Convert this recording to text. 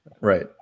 Right